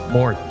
More